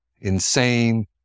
insane